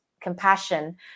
compassion